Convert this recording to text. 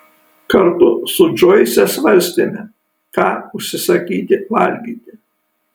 kartu su džoise svarstėme ką užsisakyti valgyti